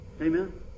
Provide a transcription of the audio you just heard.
Amen